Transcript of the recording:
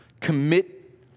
Commit